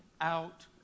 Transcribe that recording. out